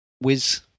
whiz